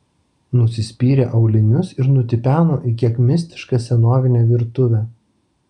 nusispyrė aulinius ir nutipeno į kiek mistišką senovinę virtuvę